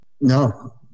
No